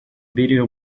video